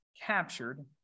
captured